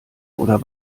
oder